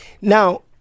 Now